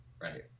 right